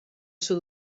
sud